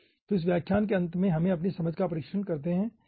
तो इस व्याख्यान के अंत में हमें अपनी समझ का परीक्षण करते हैं